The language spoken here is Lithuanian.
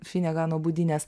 finegano budynės